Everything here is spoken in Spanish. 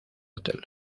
hotel